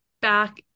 back